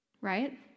right